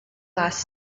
last